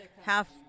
half